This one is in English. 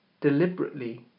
deliberately